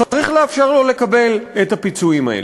צריך לאפשר לו לקבל את הפיצויים האלה.